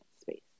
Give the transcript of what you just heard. space